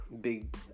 big